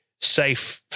safe